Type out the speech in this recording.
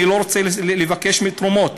אני לא רוצה לבקש תרומות,